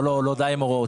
די עם הוראות שעה.